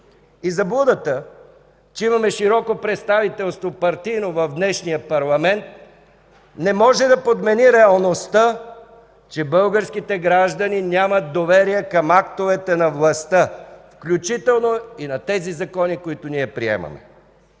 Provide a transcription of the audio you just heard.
Заблудата, че имаме широко партийно представителство в днешния парламент не може да подмени реалността, че българските граждани нямат доверие към актовете на властта, включително и на законите, които приемаме.